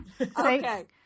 Okay